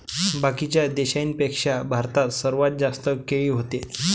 बाकीच्या देशाइंपेक्षा भारतात सर्वात जास्त केळी व्हते